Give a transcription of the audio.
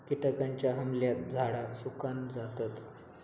किटकांच्या हमल्यात झाडा सुकान जातत